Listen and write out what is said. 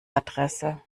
adresse